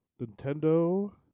Nintendo